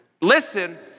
Listen